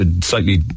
slightly